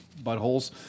buttholes